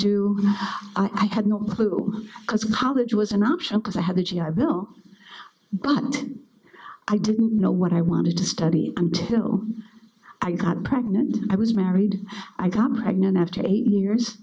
do i had no clue because college was an option because i had the g i bill but i didn't know what i wanted to study until i got pregnant i was married i got pregnant after eight years